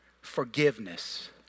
forgiveness